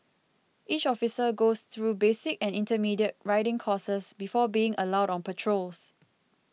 each officer goes through basic and intermediate riding courses before being allowed on patrols